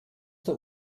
der